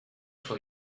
for